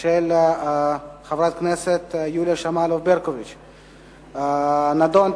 של חברת הכנסת יוליה שמאלוב-ברקוביץ: "הנדון,